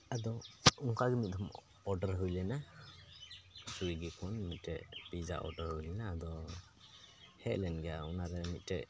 ᱟᱫᱚ ᱚᱱᱠᱟ ᱜᱮ ᱢᱤᱫ ᱫᱷᱚᱢ ᱚᱰᱟᱨ ᱦᱩᱭ ᱞᱮᱱᱟ ᱥᱩᱭᱜᱤ ᱠᱷᱚᱱ ᱢᱤᱫᱴᱮᱱ ᱯᱤᱡᱡᱟ ᱚᱰᱟᱨ ᱦᱩᱭ ᱞᱮᱱᱟ ᱟᱫᱚ ᱦᱮᱡ ᱞᱮᱱ ᱜᱮᱭᱟ ᱚᱱᱟᱨᱮ ᱢᱤᱫᱴᱮᱱ